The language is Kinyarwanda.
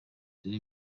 utere